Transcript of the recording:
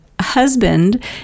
husband